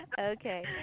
Okay